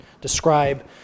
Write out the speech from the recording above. describe